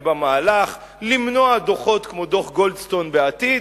ובמהלך למנוע דוחות כמו דוח גולדסטון בעתיד,